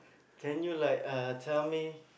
can you like uh tell me